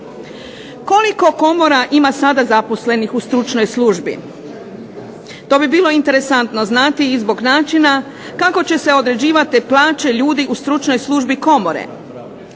Koliko komora ima sada zaposlenih u stručnoj službi? To bi bilo interesantno znati i zbog načina kako će se određivat te plaće ljudi u stručnoj službi komore